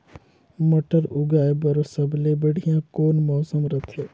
मटर उगाय बर सबले बढ़िया कौन मौसम रथे?